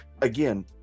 again